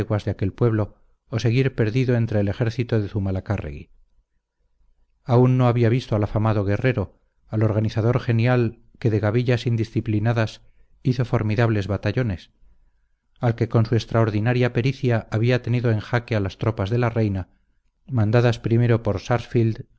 leguas de aquel pueblo o seguir perdido entre el ejército de zumalacárregui aún no había visto al afamado guerrero al organizador genial que de gavillas indisciplinadas hizo formidables batallones al que con su extraordinaria pericia había tenido en jaque a las tropas de la reina mandadas primero por sarsfield